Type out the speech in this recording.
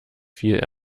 viel